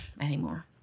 anymore